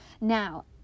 Now